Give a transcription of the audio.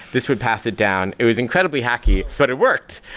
this would pass it down. it was incredibly hacky, but it worked.